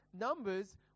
Numbers